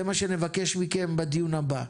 זה מה שנבקש מכם בדיון הבא.